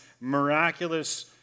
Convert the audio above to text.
miraculous